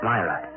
Myra